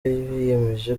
biyemeje